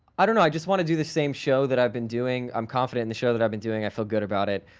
i don't know, i just wanna do the same show that i've been doing. i'm confident in the show that i've been doing i feel good about it.